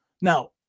Now